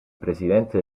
presidente